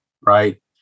right